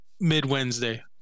mid-wednesday